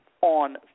on